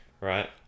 right